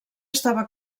estava